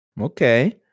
okay